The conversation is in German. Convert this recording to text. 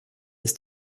ist